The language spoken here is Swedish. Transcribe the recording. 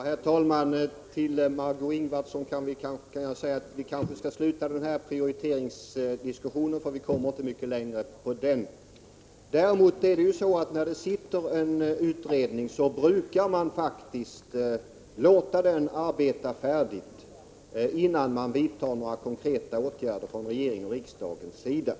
Herr talman! Till Margö Ingvardsson vill jag säga att vi kanske skall sluta med den här prioriteringsdiskussionen. Vi kommer inte mycket längre. Däremot är det ju så att när det sitter en utredning brukar man faktiskt låta den arbeta färdigt, innan man vidtar några konkreta åtgärder från regeringens och riksdagens sida.